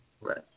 Right